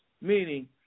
meaning